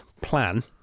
plan